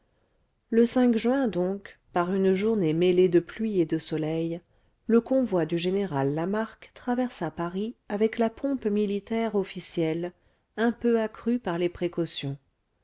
le juin donc par une journée mêlée de pluie et de soleil le convoi du général lamarque traversa paris avec la pompe militaire officielle un peu accrue par les précautions